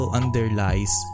underlies